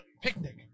Picnic